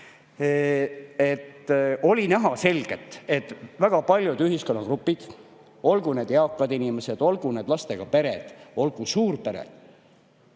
Oli näha selgelt, et väga paljud ühiskonnagrupid, olgu need eakad inimesed, olgu need lastega pered, olgu suurpered